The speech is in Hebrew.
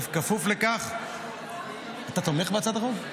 בכפוף לכך -- אתה תומך בהצעת החוק?